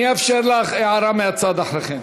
אני אאפשר לך הערה מהצד אחרי כן.